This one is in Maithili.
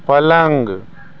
पलङ्ग